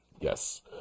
Yes